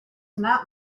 not